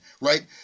right